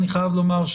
אני חייב לומר,